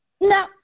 No